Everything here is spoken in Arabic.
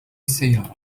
السيارة